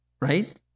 right